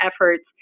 efforts